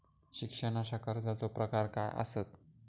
शिक्षणाच्या कर्जाचो प्रकार काय आसत?